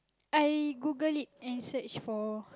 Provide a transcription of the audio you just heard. I Google it and search for